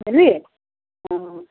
बुझलियै हँ